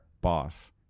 boss